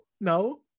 no